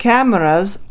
Cameras